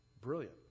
Brilliant